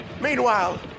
Meanwhile